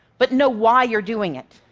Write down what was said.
but know why you're doing it.